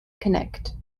connect